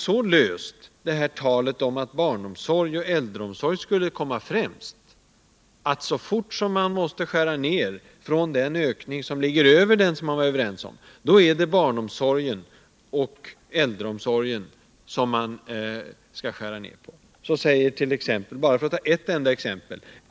Satt talet om att barnomsorgen och äldreomsorgen skulle komma främst så löst att det, så fort man måste skära ned från den ökning som ligger över den som man har varit överens om, är barnomsorgen och äldreomsorgen som man skär ned på? Jag kan ta ett exempel.